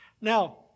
Now